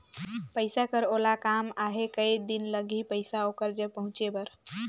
पइसा कर ओला काम आहे कये दिन लगही पइसा ओकर जग पहुंचे बर?